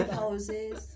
houses